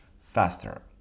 faster